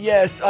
Yes